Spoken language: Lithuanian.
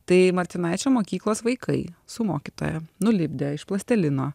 tai martinaičio mokyklos vaikai su mokytoja nulipdė iš plastelino